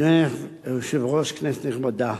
אדוני היושב-ראש, כנסת נכבדה,